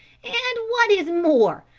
and what is more,